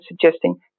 suggesting